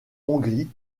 hongrie